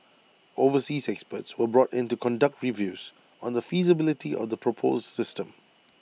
overseas experts were brought in to conduct reviews on the feasibility of the proposed system